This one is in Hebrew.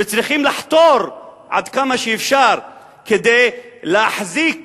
וצריך לחתור עד כמה שאפשר כדי להחזיק